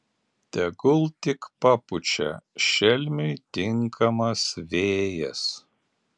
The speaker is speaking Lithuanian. tegul tik papučia šelmiui tinkamas vėjas